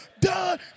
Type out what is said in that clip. done